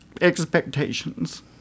expectations